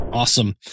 Awesome